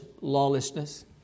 lawlessness